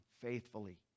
faithfully